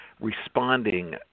responding